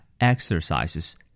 exercises